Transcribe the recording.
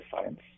science